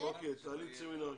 אוקיי, תעלי את סמינר הקיבוצים.